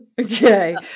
Okay